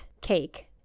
cake